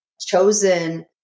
chosen